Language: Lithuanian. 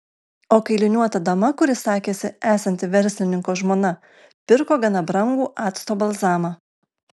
o kailiniuota dama kuri sakėsi esanti verslininko žmona pirko gana brangų acto balzamą